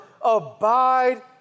abide